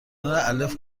الف